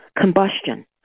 combustion